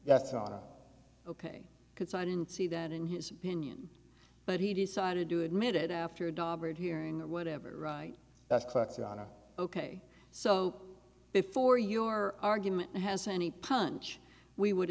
that's ok because i didn't see that in his opinion but he decided to admit it after a hearing or whatever right ok so before your argument has any punch we would